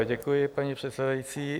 Děkuji, paní předsedající.